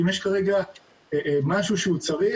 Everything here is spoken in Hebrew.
אם יש משהו שהוא צריך,